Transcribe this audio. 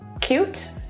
Cute